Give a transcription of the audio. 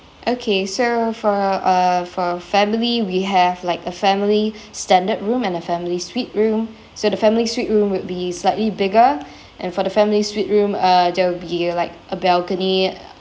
okay so for uh for a family we have like a family standard room and a family suite room so the family suite room would be slightly bigger and for the family suite room uh that would be like a balcony